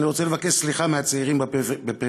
אני רוצה לבקש סליחה מהצעירים בפריפריה,